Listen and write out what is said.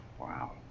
Wow